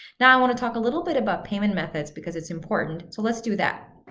now i want to talk a little bit about payment methods because it's important, so let's do that.